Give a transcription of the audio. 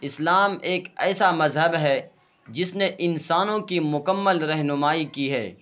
اسلام ایک ایسا مذہب ہے جس نے انسانوں کی مکمل رہنمائی کی ہے